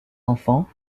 enfants